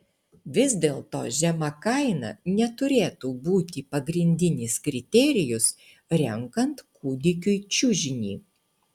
vis dėlto žema kaina neturėtų būti pagrindinis kriterijus renkant kūdikiui čiužinį